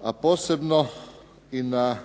a posebno i na